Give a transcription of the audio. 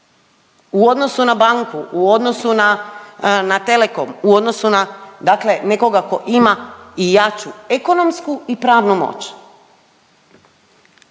u odnosu na banku, u odnosu na Telekom, u odnosu dakle na nekoga ko ima i jaču ekonomsku i pravnu moć.